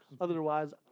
Otherwise